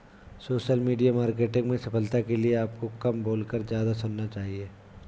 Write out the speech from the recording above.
social media marketing में सफलता के लिए आपको कम बोलकर ज्यादा सुनना चाहिए